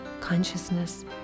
consciousness